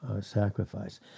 sacrifice